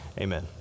amen